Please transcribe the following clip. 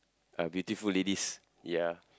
uh beautiful ladies ya